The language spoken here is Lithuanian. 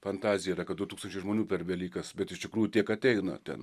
fantazija yra kad du tūkstančiai žmonių per velykas bet iš tikrųjų tiek ateina ten